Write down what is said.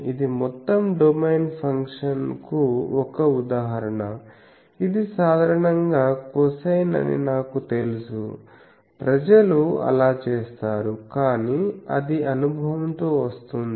ఇది మొత్తం డొమైన్ ఫంక్షన్కు ఒక ఉదాహరణ ఇది సాధారణంగా కొసైన్ అని నాకు తెలుసు ప్రజలు అలా చేస్తారు కానీ అది అనుభవంతో వస్తుంది